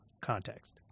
context